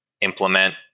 implement